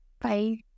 Bye